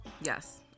Yes